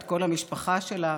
את כל המשפחה שלה.